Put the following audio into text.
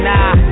Nah